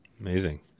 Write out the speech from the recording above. Amazing